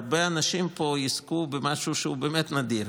הרבה אנשים פה יזכו במשהו שהוא באמת נדיר,